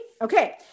Okay